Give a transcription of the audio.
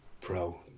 pro